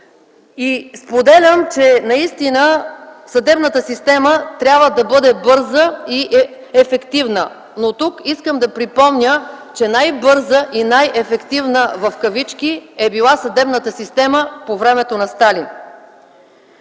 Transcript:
и споделям, че наистина съдебната система трябва да бъде бърза и ефективна. Но тук искам да припомня, че най-бърза и най-ефективна в кавички е била съдебната система по времето на Сталин.